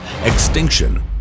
Extinction